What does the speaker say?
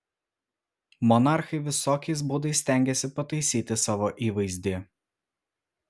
monarchai visokiais būdais stengėsi pataisyti savo įvaizdį